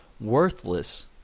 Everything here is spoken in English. worthless